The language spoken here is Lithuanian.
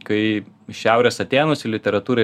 kai šiaurės atėnuose literatūra